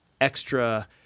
extra